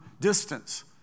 distance